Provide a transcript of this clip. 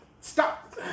stop